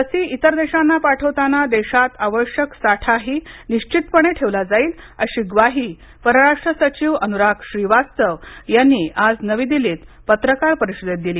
लसी इतर देशांना पाठवताना देशात आवश्यक साठाही निश्वितपणे ठेवला जाईल अशी ग्वाही परराष्ट्र सचिव अनुराग श्रीवास्तव यांनी आज नवी दिल्लीत पत्रकार परिषदेत दिली